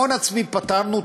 הון עצמי פתרנו,